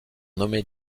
nommés